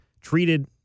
treated